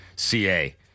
CA